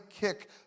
kick